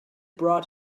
brought